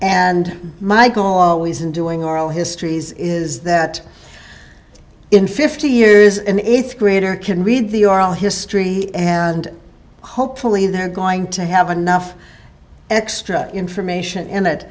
michel always in doing oral histories is that in fifty years in eighth grader can read the oral history and hopefully they're going to have enough extra information in it